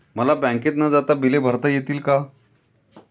मला बँकेत न जाता बिले भरता येतील का?